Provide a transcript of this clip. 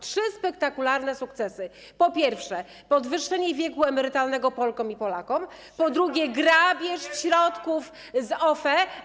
Trzy spektakularne sukcesy: po pierwsze, podwyższenie wieku emerytalnego Polkom i Polakom, po drugie, grabież środków z OFE.